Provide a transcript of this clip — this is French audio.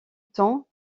temps